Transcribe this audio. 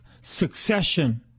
succession